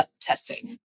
testing